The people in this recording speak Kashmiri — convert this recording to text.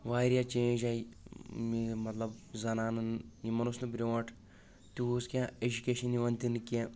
واریاہ چیٖنج آیہِ مطلب زنانن یِمن اوس نہٕ بروٗنٛٹھ تیٖژ کیٚنٛہہ ایجکیشن یِوان دِنہٕ کیٚنٛہہ